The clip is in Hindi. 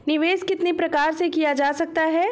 निवेश कितनी प्रकार से किया जा सकता है?